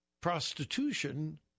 Prostitution